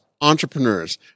entrepreneurs